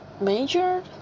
major